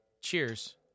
Cheers